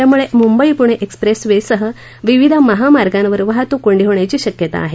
त्यामुळे Mumbai Pune expressway सह विविध महामार्गावर वाहतुक कोंडी होण्याची शक्यता आहे